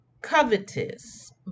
covetous